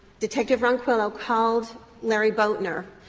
detective ronquillo called larry boatner,